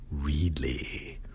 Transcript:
Reedley